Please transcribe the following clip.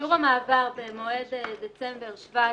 שיעור המעבר במועד דצמבר 2017,